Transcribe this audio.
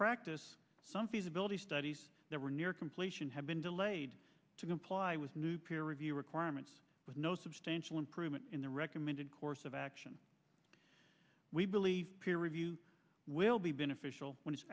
practice some feasibility studies that were near completion have been delayed to comply with new peer review requirements with no substantial improvement in the recommended course of action we believe peer review will be beneficial when it's